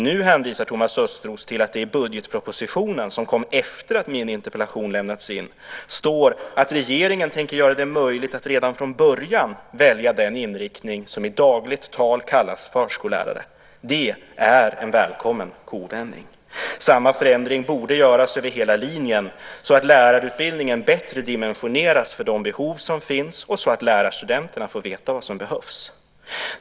Nu hänvisar Thomas Östros till att det i budgetpropositionen, som kom efter att min interpellation lämnats in, står att regeringen tänker göra det möjligt att redan från början välja den inriktning som i dagligt tal kallas förskollärare. Det är en välkommen kovändning. Samma förändring borde göras över hela linjen så att lärarutbildningen bättre dimensioneras för de behov som finns och så att lärarstudenterna får veta vad som behövs.